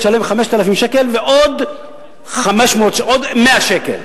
תשלם 5,000 שקל ועוד 100 שקל.